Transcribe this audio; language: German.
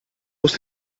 muss